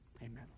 amen